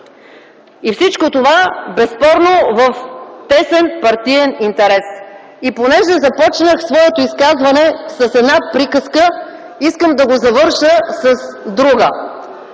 и всичко това безспорно в тесен партиен интерес. Понеже започнах своето изказване с една приказка, искам да го завърша с друга.